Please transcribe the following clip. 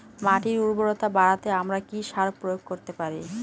মাটির উর্বরতা বাড়াতে আমরা কি সার প্রয়োগ করতে পারি?